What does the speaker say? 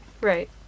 Right